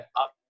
up